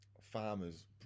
farmers